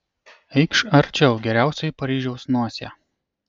eikš arčiau geriausioji paryžiaus nosie